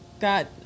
Got